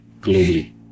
globally